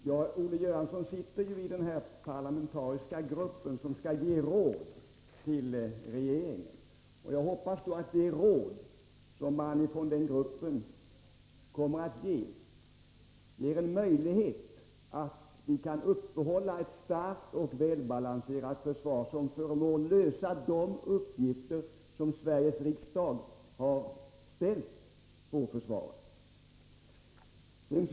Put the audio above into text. Herr talman! Olle Göransson sitter ju i den parlamentariska grupp som skall ge råd till regeringen. Jag hoppas att de råd som den gruppen kommer att ge innebär en möjlighet för oss att uppehålla ett starkt och välbalanserat försvar som förmår lösa de uppgifter som Sveriges riksdag har lagt på försvaret.